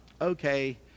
Okay